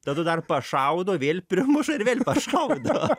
tadu dar pašaudo vėl per primuša ir vėl pašaudo